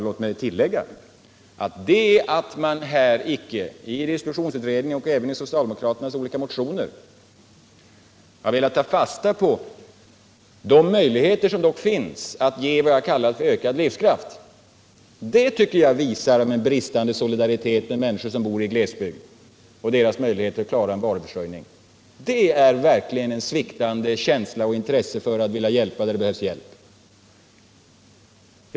Låt mig tillägga att det förhållandet att man icke i distributionsutredningen och inte heller i socialdemokraternas olika motioner har velat ta fasta på de möjligheter som dock finns att ge vad jag kallar ökad livskraft — det tycker jag visar på bristande solidaritet med människor som bor i glesbygd och deras möjligheter att klara sin varuförsörjning. Det är verkligen sviktande känsla och intresse för att hjälpa där det behövs hjälp.